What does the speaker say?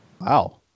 Wow